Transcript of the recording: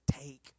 take